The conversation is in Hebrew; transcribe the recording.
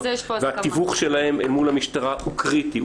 והתיווך שלהם אל מול המשטרה הוא קריטי.